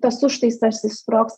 tas užtaisas išsprogs